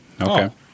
Okay